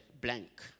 blank